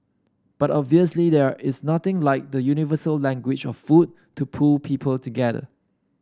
but obviously there is nothing like the universal language of food to pull people together